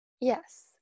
Yes